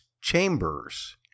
chambers